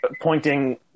pointing